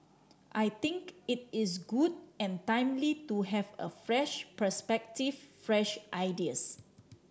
I think it is good and timely to have a fresh perspective fresh ideas